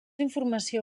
informació